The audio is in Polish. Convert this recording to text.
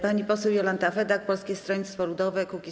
Pani poseł Jolanta Fedak, Polskie Stronnictwo Ludowe - Kukiz15.